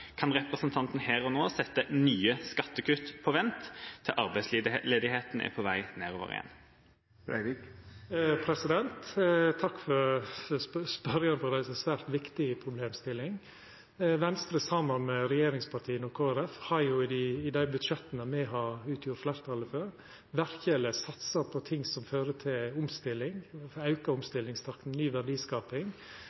Kan representanten her og nå sette nye skattekutt på vent, til arbeidsledigheten er på vei nedover igjen? Takk til spørjaren for å reisa ei svært viktig problemstilling. Venstre har, saman med regjeringspartia og Kristeleg Folkeparti, i dei budsjetta me har utgjort fleirtalet for, verkeleg satsa på ting som fører til omstilling, auka